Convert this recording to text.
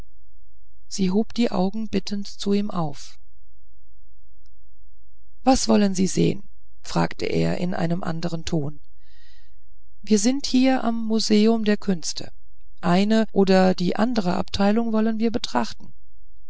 sie hob die augen bittend zu ihm auf was wollen sie sehen fragte er in anderem ton wir sind hier am museum der künste eine oder die andre abteilung wollen wir betrachten